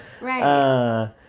Right